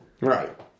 Right